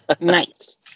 Nice